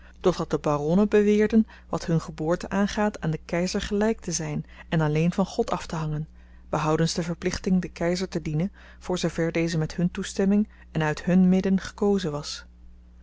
dat de baronnen beweerden wat hun geboorte aangaat aan den keizer gelyk te zyn en alleen van god aftehangen behoudens de verplichting den keizer te dienen voor zoo ver deze met hun toestemming en uit hun midden gekozen was